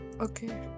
okay